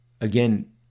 again